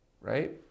right